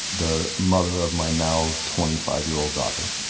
the mother of my now twenty five year old daughter.